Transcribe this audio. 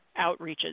outreaches